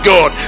God